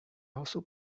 also